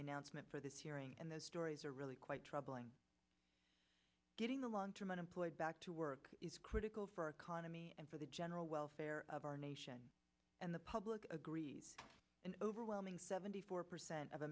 the announcement for this hearing and those stories are really quite troubling getting the long term unemployed back to work is critical for our economy and for the general welfare of our nation and the public agrees an overwhelming seventy four percent of